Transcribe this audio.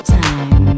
time